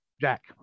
Jack